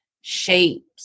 shapes